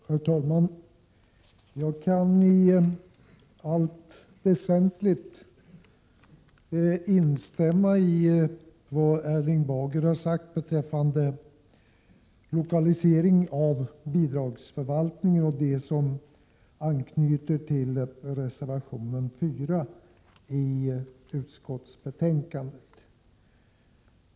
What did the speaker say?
Herr talman! Jag kan i allt väsentligt instämma i vad Erling Bager har sagt beträffande reservation 4 om lokalisering av bidragsförvaltningen.